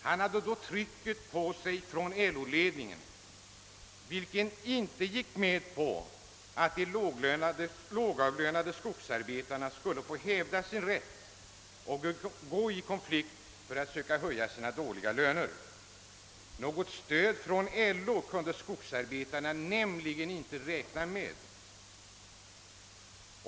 Han hade då trycket på sig från LO-ledningen, som inte gick med på att de lågavlönade skogsarbetarna skulle få hävda sin rätt att gå i konflikt för att söka höja sina dåliga löner. Något stöd från LO kunde skogsarbetarna inte räkna med.